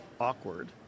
awkward